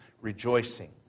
rejoicing